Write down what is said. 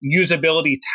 usability